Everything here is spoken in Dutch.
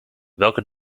welke